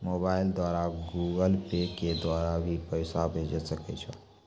Mobile द्वारा Google Pay के द्वारा भी पैसा भेजै सकै छौ?